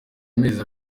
amezi